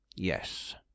Yes